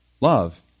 Love